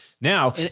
Now